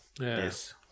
Yes